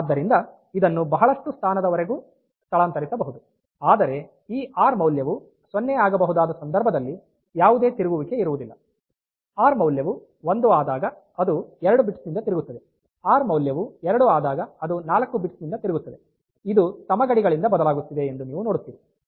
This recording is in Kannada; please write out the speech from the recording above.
ಆದ್ದರಿಂದ ಇದನ್ನು ಬಹಳಷ್ಟು ಸ್ಥಾನಗಳವರೆಗೂ ಸ್ಥಳಾಂತರಿಸಬಹುದು ಆದರೆ ಈ ಆರ್ ಮೌಲ್ಯವು 0 ಆಗಬಹುದಾದ ಸಂದರ್ಭದಲ್ಲಿ ಯಾವುದೇ ತಿರುಗುವಿಕೆ ಇರುವುದಿಲ್ಲ ಆರ್ ಮೌಲ್ಯವು 1 ಆದಾಗ ಅದು 2 ಬಿಟ್ಸ್ ನಿಂದ ತಿರುಗುತ್ತದೆ ಆರ್ ಮೌಲ್ಯವು 2 ಆದಾಗ ಅದು 4 ಬಿಟ್ಸ್ ನಿಂದ ತಿರುಗುತ್ತದೆ ಇದು ಸಮ ಗಡಿಗಳಿಂದ ಬದಲಾಗುತ್ತಿದೆ ಎಂದು ನೀವು ನೋಡುತ್ತೀರಿ